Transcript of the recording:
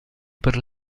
per